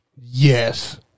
Yes